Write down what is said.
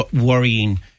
worrying